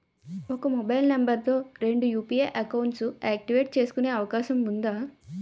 ఒక mobile number తో రెండు యు.పి.ఐ అకౌంట్స్ యాక్టివేట్ చేసుకునే అవకాశం వుందా?